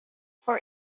for